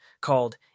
called